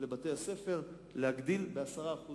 לבתי-הספר, להגדיל ב-10%